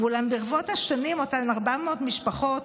אולם ברבות השנים אותן 400 משפחות,